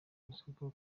uziko